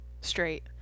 straight